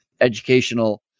educational